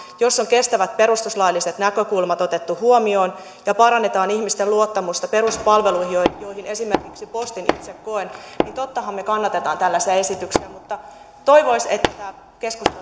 otettu huomioon kestävät perustuslailliset näkökulmat ja parannetaan ihmisten luottamusta peruspalveluihin joihin joihin esimerkiksi postin itse koen kuuluvan niin tottahan me kannatamme tällaisia esityksiä mutta toivoisi että